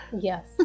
Yes